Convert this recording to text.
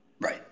Right